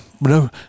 no